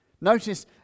Notice